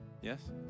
Yes